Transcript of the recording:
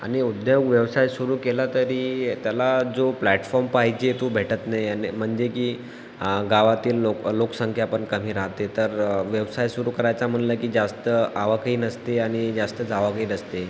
आणि उद्योग व्यवसाय सुरू केला तरी त्याला जो प्लॅटफॉर्म पाहिजे तो भेटत नाही आणि म्हणजे की गावातील लोक लोकसंख्या पण कमी राहते तर व्यवसाय सुरू करायचा म्हणलं की जास्त आवकही नसते आणि जास्त जावकही नसते